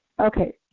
Okay